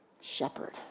shepherd